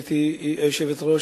גברתי היושבת-ראש,